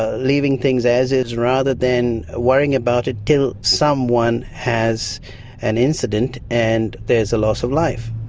ah leaving things as is rather than worrying about it, till someone has an incident and there's a loss of life.